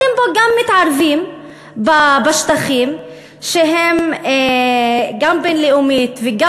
אתם פה גם מתערבים בשטחים שהם גם בין-לאומית וגם